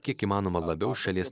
kiek įmanoma labiau šalies